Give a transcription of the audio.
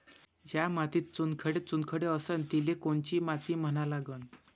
ज्या मातीत चुनखडे चुनखडे असन तिले कोनची माती म्हना लागन?